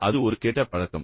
அது ஒரு கெட்ட பழக்கம்